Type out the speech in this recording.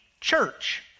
church